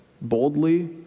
boldly